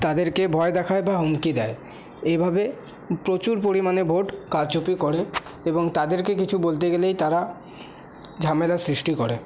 তাদেরকে ভয় দেখায় বা হুমকি দেয় এইভাবে প্রচুর পরিমাণে ভোট কারচুপি করে এবং তাদেরকে কিছু বলতে গেলেই তারা ঝামেলা সৃষ্টি করে